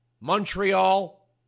Montreal